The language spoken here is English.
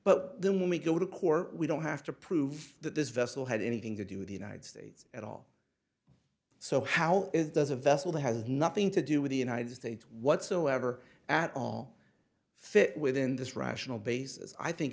but then when we go to court we don't have to prove that this vessel had anything to do with the united states at all so how it does of vessel has nothing to do with the united states whatsoever at all fit within this rational basis i think